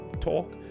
talk